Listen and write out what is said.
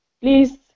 Please